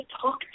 talk